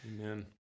amen